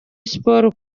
sport